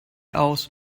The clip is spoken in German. aus